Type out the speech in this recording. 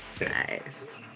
Nice